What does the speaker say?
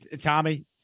Tommy